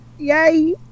yay